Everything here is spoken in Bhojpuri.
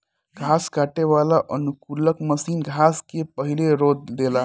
घास काटे वाला अनुकूलक मशीन घास के पहिले रौंद देला